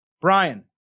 Brian